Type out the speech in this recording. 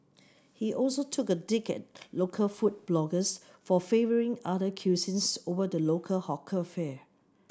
he also took a dig at local food bloggers for favouring other cuisines over the local hawker fare